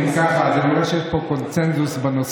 אם כך, אני רואה שיש קונסנזוס בנושא.